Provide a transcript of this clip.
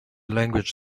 language